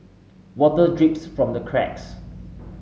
water drips from the cracks